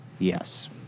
Yes